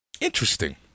Interesting